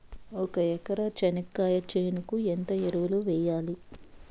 ఒక ఎకరా చెనక్కాయ చేనుకు ఎంత ఎరువులు వెయ్యాలి?